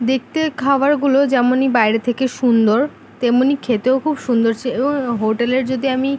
দেখতে খাবারগুলো যেমনই বাইরে থেকে সুন্দর তেমনই খেতেও খুব সুন্দর ছি এবং হোটেলের যদি আমি